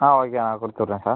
ஆ okay நான் கொடுத்து விட்றேன் சார்